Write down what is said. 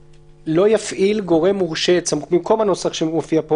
הנחית להפעלת סמכות גורם המורשה והמוסמך 12. (א)